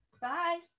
Bye